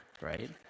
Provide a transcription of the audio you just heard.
right